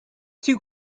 two